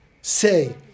say